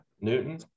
Newton